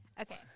Okay